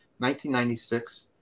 1996